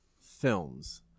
films